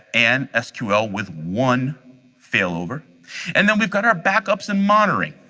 and ah sql with one failover and then we've got our backups and monitoring.